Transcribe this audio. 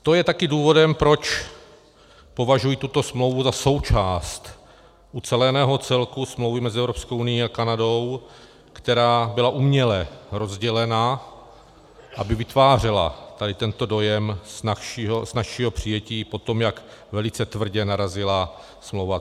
To je taky důvodem, proč považuji tuto smlouvu za součást uceleného celku smlouvy mezi Evropskou unií a Kanadou, která byla uměle rozdělena, aby vytvářela tady tento dojem snazšího přijetí po tom, jak velice tvrdě narazila smlouva TTIP.